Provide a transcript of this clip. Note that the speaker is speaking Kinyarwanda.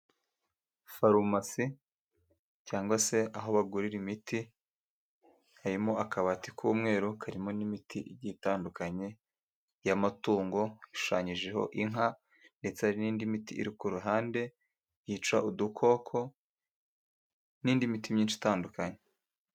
Farumasi cyangwa se aho bagurira imiti, harimo akabati k'umweru karimo n'imiti igiye itandukanye y'amatungo, ishushanyijeho inka ndetse hari n'indi miti iri ku ruhande yica udukoko n'indi miti myinshi itandukanye.